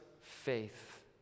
faith